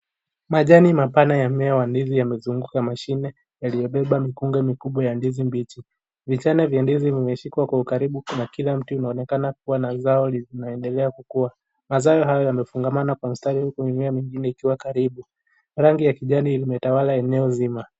Majani mapana ya mmea wa ndiziyamezunguka mashina yalio beba mkunga mkubwa ya ndizi mbichi. Vichana vya ndizi vimeshikwa kwa karibu na kila mti linaonekana kua na zao linaendelea kukuwa. Mazao hayo yamefungamana kwa mstari huku mimea mingine ikiwa karibu. Rangi ya kijani imetawala eneo nzima.